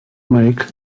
mike